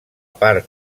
part